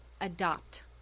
adopt